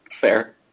Fair